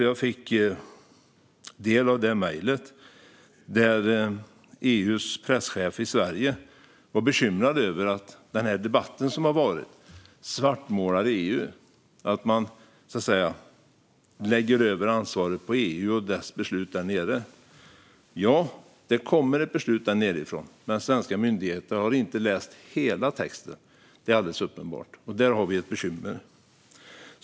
Jag fick del av mejlet där EU:s presschef i Sverige var bekymrad över att den debatt som har varit svartmålar EU och så att säga lägger över ansvaret på EU och dess beslut där nere. Ja, det kommer ett beslut där nedifrån, men svenska myndigheter har inte läst hela texten. Det är alldeles uppenbart, och där har vi ett bekymmer.